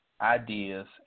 ideas